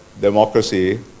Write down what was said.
democracy